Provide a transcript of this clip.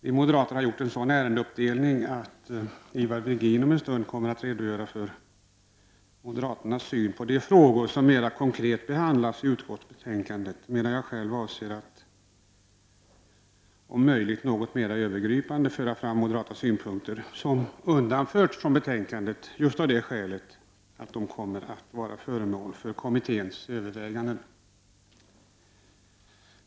Vi moderater har gjort en sådan ärendeuppdelning att Ivar Virgin om en stund kommer att redogöra för moderaternas syn på de frågor som mera konkret behandlas i utskottsbetänkandet, medan jag själv avser att om möjligt något mera övergripande föra fram moderata synpunkter som undanförts från betänkandet just av det skälet att de kommer att vara föremål för kommitténs överväganden.